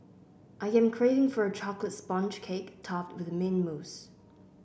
I am craving for a chocolate sponge cake topped with mint mousse